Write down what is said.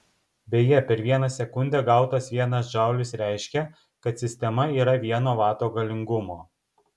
beje per vieną sekundę gautas vienas džaulis reiškia kad sistema yra vieno vato galingumo